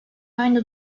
aynı